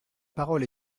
parole